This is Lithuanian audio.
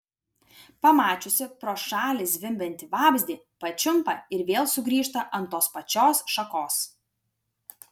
pamačiusi pro šalį zvimbiantį vabzdį pačiumpa ir vėl sugrįžta ant tos pačios šakos